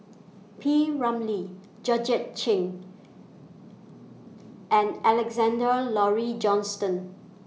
P Ramlee Georgette Chen and Alexander Laurie Johnston